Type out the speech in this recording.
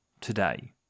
today